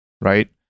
right